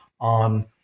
on